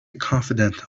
confident